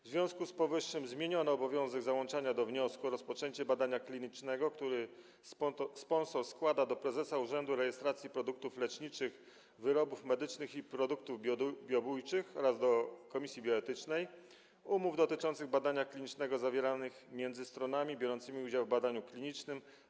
W związku z powyższym zmieniono obowiązek załączania do wniosku o rozpoczęcie badania klinicznego, który sponsor składa do prezesa Urzędu Rejestracji Produktów Leczniczych, Wyrobów Medycznych i Produktów Biobójczych oraz do komisji bioetycznej, umów dotyczących badania klinicznego zawieranych między stronami biorącymi udział w badaniu klinicznym.